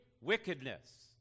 wickedness